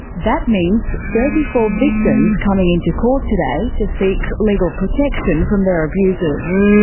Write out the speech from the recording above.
that means thirty four victims coming into court today to seek legal protection from their abusers.